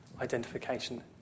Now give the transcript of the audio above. identification